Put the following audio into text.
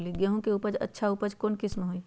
गेंहू के बहुत अच्छा उपज कौन किस्म होई?